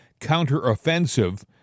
counteroffensive